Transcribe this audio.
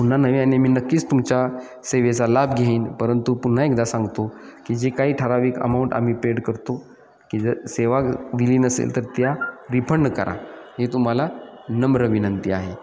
पुन्हा नव्याने मी नक्कीच तुमच्या सेवेचा लाभ घेईन परंतु पुन्हा एकदा सांगतो की जे काही ठराविक अमाऊंट आम्ही पेड करतो की जर सेवा दिली नसेल तर त्या रिफंड करा हे तुम्हाला नम्र विनंती आहे